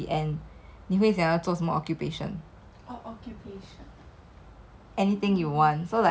like you are just naturally good at it or you were always definitely be good at it towards the end